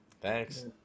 thanks